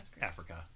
Africa